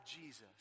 Jesus